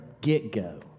get-go